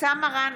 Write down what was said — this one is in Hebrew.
אבתיסאם מראענה,